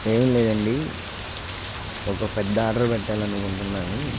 ఏమీ లేదండీ ఒక పెద్ద ఆర్డర్ పెట్టాలనుకుంటాను